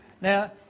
Now